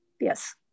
yes